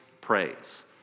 praise